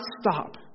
stop